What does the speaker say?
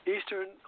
Eastern